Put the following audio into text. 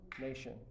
nation